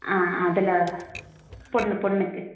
ஆ அதில் பொண்ணு பொண்ணுக்கு